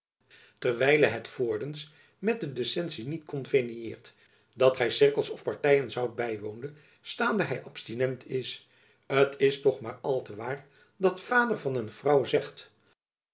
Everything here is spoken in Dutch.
het voorders met de decentie niet convenieert dat ghy cercles ofte partyen soudt bywonen staande hy absent is t is toch maer al te waer wat vader van een vrou zegt